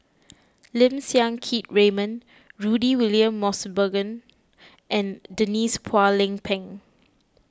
Lim Siang Keat Raymond Rudy William Mosbergen and Denise Phua Lay Peng